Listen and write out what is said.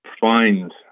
find